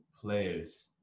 players